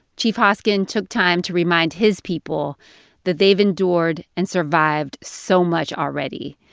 chief hoskin took time to remind his people that they've endured and survived so much already.